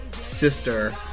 sister